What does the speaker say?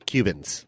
Cubans